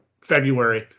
february